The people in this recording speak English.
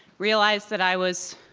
realized that i was